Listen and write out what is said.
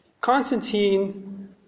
Constantine